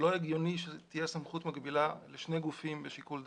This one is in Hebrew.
לא הגיוני שתהיה סמכות מקבילה לשני גופים בשיקול דעת.